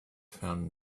found